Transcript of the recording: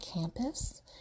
campus